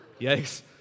yikes